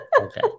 okay